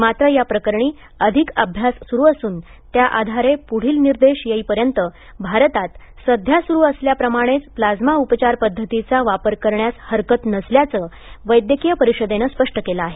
मात्र या प्रकरणी अधिक अभ्यास सुरु असून त्या आधारे पुढील निर्देश देईपर्यंत भारतात सध्या सुरु असल्याप्रमाणेच प्लाझ्मा उपचार पद्धतीचा वापर करण्यास हरकत नसल्याचं वैद्यकीय परिषदेनं स्पष्ट केलं आहे